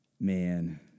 man